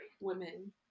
women